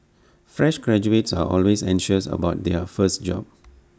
fresh graduates are always anxious about their first job